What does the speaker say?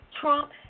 Trump